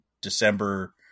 December